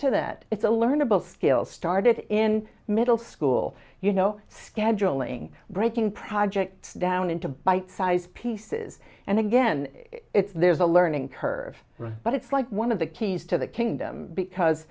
to that it's a learn about skills started in middle school you know scheduling breaking projects down into bite sized pieces and again it's there's a learning curve but it's like one of the keys to the kingdom because